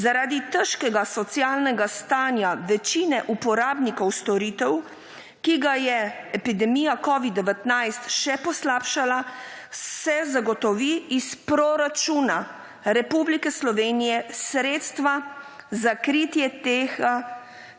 Zaradi težkega socialnega stanja večine uporabnikov storitev, ki ga je epidemija COVID-19 še poslabšala, se zagotovi iz proračuna Republike Slovenije sredstva za kritje tega